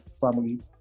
family